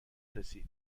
رسید